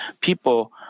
people